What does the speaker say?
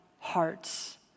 hearts